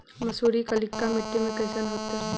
मसुरी कलिका मट्टी में कईसन होतै?